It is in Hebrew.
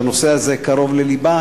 שהנושא הזה קרוב ללבה,